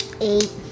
Eight